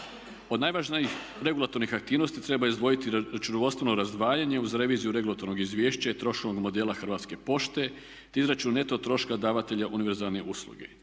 Od najvažnijih regulatornih aktivnosti treba izdvojiti računovodstveno razdvajanje uz reviziju regulatornog izvješća i …/Govornik se ne razumije./… modela Hrvatske pošte te izračun neto troška davatelja univerzalne usluge.